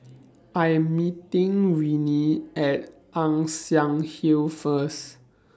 I Am meeting Renee At Ann Siang Hill First